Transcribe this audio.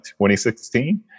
2016